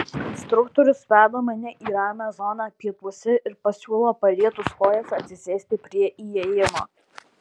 instruktorius veda mane į ramią zoną pietuose ir pasiūlo parietus kojas atsisėsti prie įėjimo